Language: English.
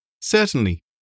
Certainly